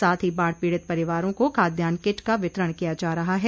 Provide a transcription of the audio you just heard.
साथ ही बाढ़ पीड़ित परिवारों को खादयान किट का वितरण किया जा रहा है